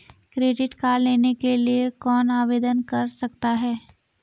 Credit card लेने के लिए कौन आवेदन कर सकता है?